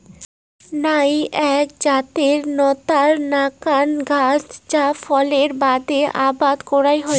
নাউ এ্যাক জাতের নতার নাকান গছ যা ফলের বাদে আবাদ করাং হই